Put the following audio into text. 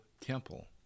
temple